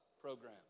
Program